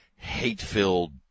hate-filled